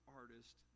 artist